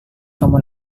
kamu